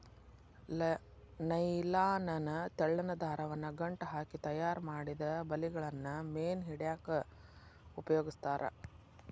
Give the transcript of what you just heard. nylon ನ ತೆಳ್ಳನ ದಾರವನ್ನ ಗಂಟ ಹಾಕಿ ತಯಾರಿಮಾಡಿದ ಬಲಿಗಳನ್ನ ಮೇನ್ ಹಿಡ್ಯಾಕ್ ಉಪಯೋಗಸ್ತಾರ